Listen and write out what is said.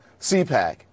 CPAC